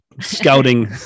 scouting